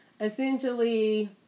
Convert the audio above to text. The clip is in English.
essentially